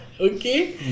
Okay